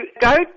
go